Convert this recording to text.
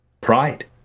Pride